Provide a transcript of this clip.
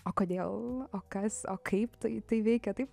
o kodėl o kas o kaip tai veikia taip